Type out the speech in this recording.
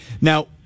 Now